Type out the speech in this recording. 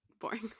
Boring